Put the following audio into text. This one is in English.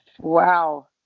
wow